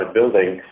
building